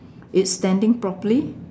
it's standing properly